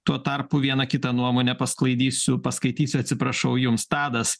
tuo tarpu vieną kitą nuomonę pasklaidysiu paskaitysiu atsiprašau jums tadas